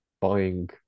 buying